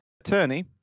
Attorney